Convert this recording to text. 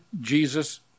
Jesus